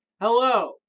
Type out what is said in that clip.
Hello